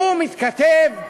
והוא מתכתב,